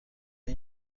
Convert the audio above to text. این